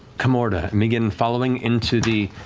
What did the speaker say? kamordah and begin following into the